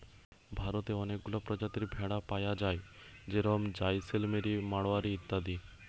ভারতে অনেকগুলা প্রজাতির ভেড়া পায়া যায় যেরম জাইসেলমেরি, মাড়োয়ারি ইত্যাদি